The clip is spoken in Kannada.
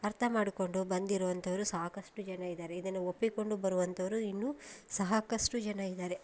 ಅರ್ಥ ಮಾಡಿಕೊಂಡು ಬಂದಿರೋ ಅಂಥವರು ಸಾಕಷ್ಟು ಜನ ಇದ್ದಾರೆ ಇದನ್ನು ಒಪ್ಪಿಕೊಂಡು ಬರುವಂಥವರು ಇನ್ನೂ ಸಾಕಷ್ಟು ಜನ ಇದ್ದಾರೆ